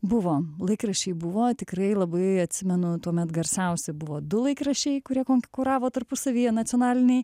buvo laikraščiai buvo tikrai labai atsimenu tuomet garsiausi buvo du laikraščiai kurie konkuravo tarpusavyje nacionaliniai